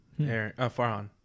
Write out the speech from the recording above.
Farhan